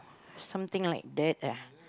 something like that ah